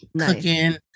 Cooking